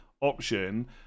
option